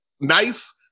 nice